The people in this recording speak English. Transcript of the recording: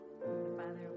Father